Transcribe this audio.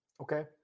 Okay